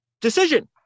decision